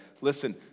listen